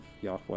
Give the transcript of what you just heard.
Yahweh